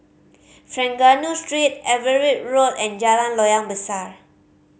Trengganu Street Everitt Road and Jalan Loyang Besar